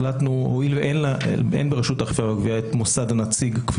הואיל ואין ברשות האכיפה והגביה עם מוסד הנציג כפי